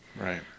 Right